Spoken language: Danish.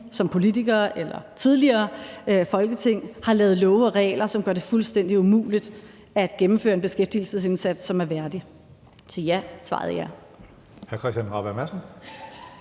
som politikere eller tidligere Folketing har lavet love og regler, som gør det fuldstændig umuligt at gennemføre en beskæftigelsesindsats, som er værdig.